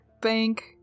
bank